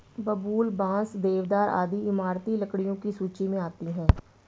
बबूल, बांस, देवदार आदि इमारती लकड़ियों की सूची मे आती है